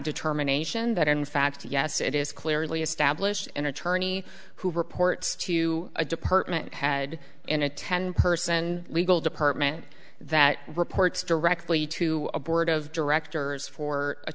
determination that in fact yes it is clearly established an attorney who reports to you a department had in a ten per cent and legal department that reports directly to a board of directors for a